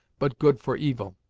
but good for evil.